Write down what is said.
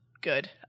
good